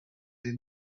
den